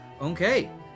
Okay